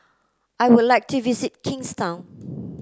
I would like to visit Kingstown